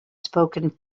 spoken